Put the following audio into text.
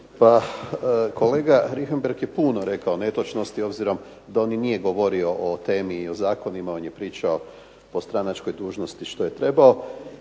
Pa kolega Richembergh je puno rekao netočnosti, obzirom da on i nije govorio o temi i o zakonima, on je pričao o stranačkoj dužnosti što je trebao.